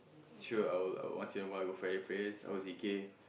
sure I will once in a while go Friday prayers I will zikir